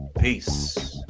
peace